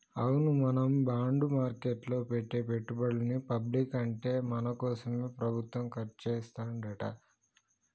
అవును మనం బాండ్ మార్కెట్లో పెట్టే పెట్టుబడులని పబ్లిక్ అంటే మన కోసమే ప్రభుత్వం ఖర్చు చేస్తాడంట